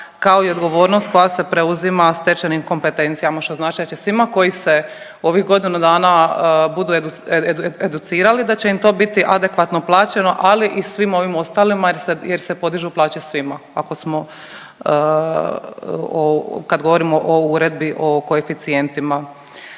kao i odgovornost koja se preuzima stečenim kompetencijama, što znači da će svima koji se ovih godinu dana budu educirali, da će im to biti adekvatno plaćeno, ali i svim ovim ostalima jer se, jer se podižu plaće svima, ako smo, kad govorimo o Uredbi o koeficijentima.